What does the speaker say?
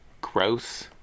gross